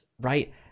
right